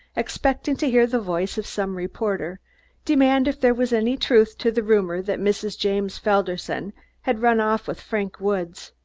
expecting to hear the voice of some reporter demand if there was any truth to the rumor that mrs. james felderson had run off with frank woods.